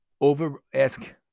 over-ask